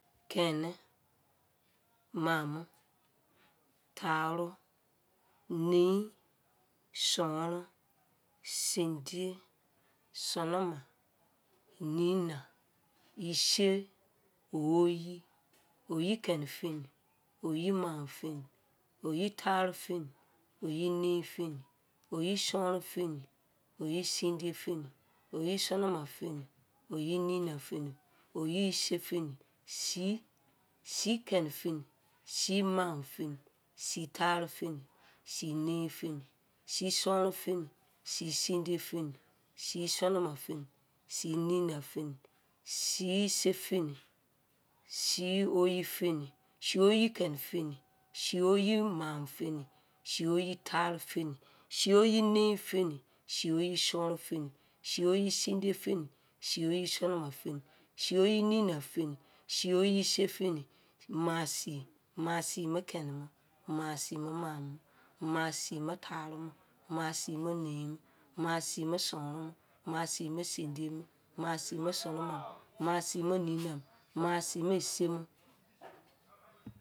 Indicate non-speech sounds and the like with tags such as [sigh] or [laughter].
Keni, maamu, taaru, nein, souran, sindiye, sonoina, nina, ise, oyi, oyi keni feni, oyi maamo feni, oyi taaru feni, oyi nein feni [unintelligible] oyi sindiye fem, oyi sonoma feni, oyi ninaf feni, oyi ise feni, sii, sii keni feni, sii maamu feni, sii taaru feni, sii nein femi, sii sonron feni, sii sindiye femi, sii sonoma feni, sii nina feni, sii ise feni, sii oyi feni, sii oyi kemi feni, sii oyi maamu feni, sii oyi taaru feri, [unintelligible] sii oyi sinron feni, sii oyi sindiye feni, sii oyi sonoma feni, sii oyi nina feni, sii oyi ise feni, maa sii maa sii mo keni mo, maa sii mo maamumo, maa sii mo taaru mo, maa sii mo nein mo, maa sii mo somion mo, maa sii mo sindiye mo, maa sii mo sono ma mo, maa sii mo nina mo, maa sii mo ise mo